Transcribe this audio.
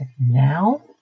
now